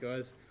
guys